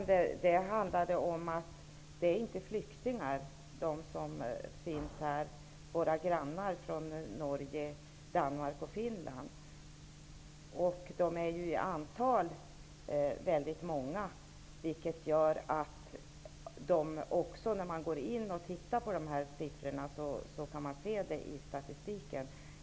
Det jag påpekade var att våra grannar från Norge, Danmark och Finland inte är flyktingar. De är väldigt många, vilket man kan se i statistiken.